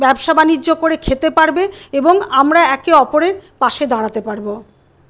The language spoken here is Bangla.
ব্যবসা বাণিজ্য করে খেতে পারবে এবং আমরা একে অপরের পাশে দাঁড়াতে পারবো